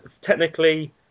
technically